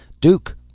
Duke